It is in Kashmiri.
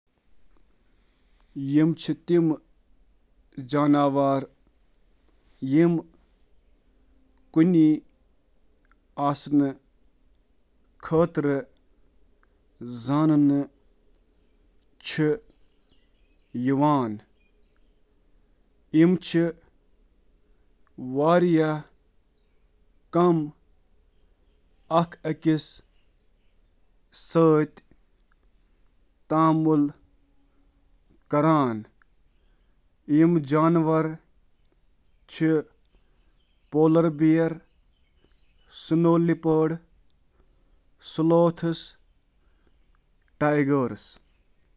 اکیلی زٲژن ہٕنٛزٕ مثالہٕ چھےٚ کینٛہہ شِرو، تہٕ بٔڑۍ شِکٲرۍ، یتھ کٔنۍ زَن کرٛہُن ریچھ ,ارسس امریکنس, تہٕ سٕہہ ,پینتھیرا پارڈوس ۔